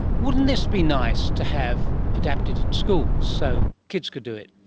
wouldn't this be nice to have adapted at schools, so kids could do it?